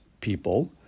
people